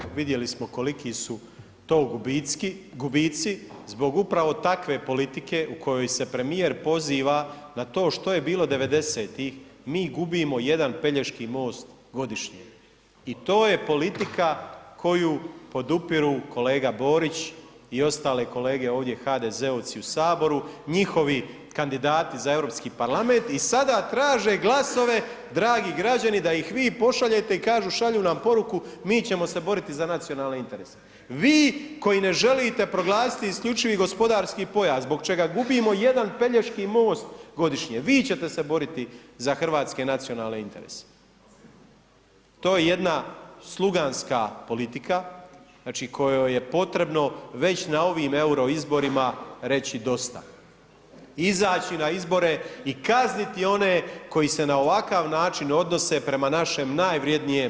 Dakle, evo vidjeli smo koliki su to gubici zbog upravo takve politike u kojoj se premijer poziva na to što je bilo 90-tih mi gubimo jedan Pelješki most godišnje i to je politika koju podupiru kolega Borić i ostale kolege ovdje HDZ-ovci u Saboru, njihovi kandidati za Europski parlament i sada traže glasove dragi građani da ih vi pošaljete i kažu šalju nam poruku „mi ćemo se boriti za nacionalne interese“, vi koji ne želite proglasiti isključivi gospodarski pojas zbog čega gubimo jedan Pelješki most, vi ćete se boriti za hrvatske nacionalne interese, to je jedna sluganska politika, znači, kojoj je potrebno već na ovim euro izborima reći dosta, izaći na izbore i kazniti one koji se na ovakav način odnose prema našem najvrjednijem resursu.